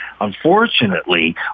unfortunately